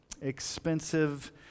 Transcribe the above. expensive